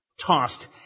tossed